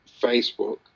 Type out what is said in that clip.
facebook